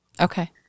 Okay